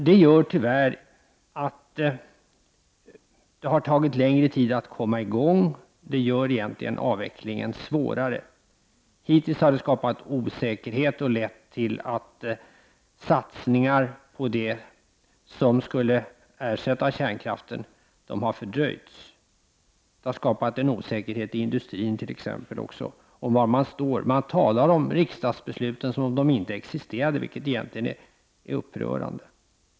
Detta har tyvärr gjort att det har tagit längre tid att komma i gång och att avvecklingen blir svårare. Hittills har detta skapat osäkerhet och lett till att satsningar på det som skulle ersätta kärnkraften har fördröjts. Det har även lett till en osäkerhet inom industrin. Man talar om riksdagsbeslut som om de inte existerar, vilket egentligen är upprörande.